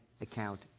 account